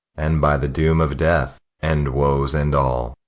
and by the doom of death end woes and all.